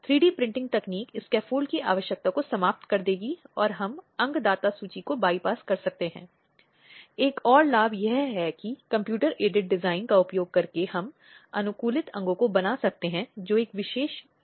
इसलिए सभी आवश्यक कार्य जिनकी तुरंत आवश्यकता होती है जिससे महिलाएं सुरक्षित पहरे में रहती हैं और पुरुष महिलाओं के खिलाफ आगे की हिंसा को करने में सक्षम नहीं होता संरक्षण आदेश द्वारा दिया जाता है